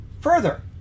further